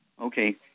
Okay